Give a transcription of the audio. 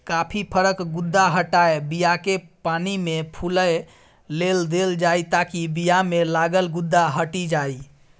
coffee फरक गुद्दा हटाए बीयाकेँ पानिमे फुलए लेल देल जाइ ताकि बीयामे लागल गुद्दा हटि जाइ